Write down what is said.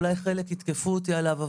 אולי חלק יתקפו אותי עליו,